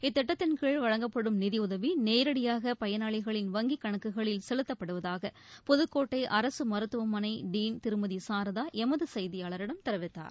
இத்திட்டத்தின் கீழ் வழங்கப்படும் நிதியுதவிநேரடியாகபயனாளிகளின் வங்கிக் கணக்குகளில் செலுத்தப்படுவதாக புதுக்கோட்டைஅரசுமருத்துவமனை டீன் திருமதிசாரதாளமதுசெய்தியாளரிடம் தெரிவித்தார்